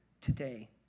today